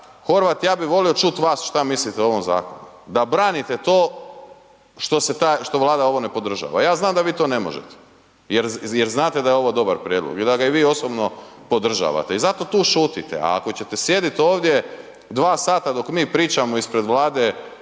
Horvat, ja bi volio čut vas šta mislite o ovom zakonu, da branite to što Vlada ovo ne podržava. Ja znam da vi to ne možete jer znate da je ovo dobar prijedlog i da ga i vi osobno podržavate i zato tu šutite a ako ćete sjedit ovdje 2 sata dok mi pričamo ispred Vlade